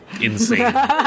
insane